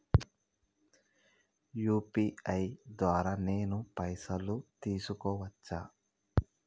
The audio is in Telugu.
యూ.పీ.ఐ ద్వారా నేను పైసలు తీసుకోవచ్చా?